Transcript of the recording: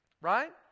Right